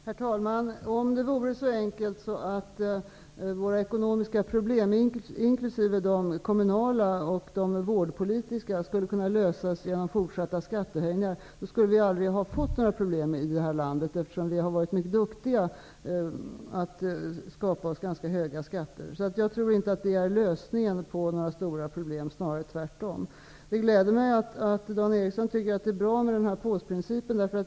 Herr talman! Om det vore så enkelt att våra ekonomiska problem, inkl. de kommunala och vårdpolitiska, skulle kunna lösas genom fortsatta skattehöjningar, skulle vi aldrig ha fått några problem här i landet. Vi har varit mycket duktiga på att skapa ganska höga skatter. Det är inte lösningen på några stora problem, snarare tvärtom. Det gläder mig att Dan Ericsson i Kolmården tycker att det är bra med påsprincipen.